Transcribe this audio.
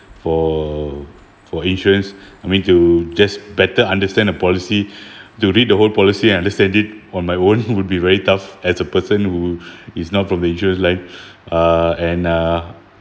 for for insurance I mean to just better understand the policy to read the whole policy and understand it on my own would be very tough as a person who is not from the insurance line uh and uh